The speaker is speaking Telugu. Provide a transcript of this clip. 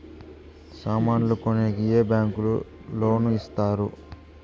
సామాన్లు కొనేకి ఏ బ్యాంకులు లోను ఇస్తారు?